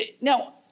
Now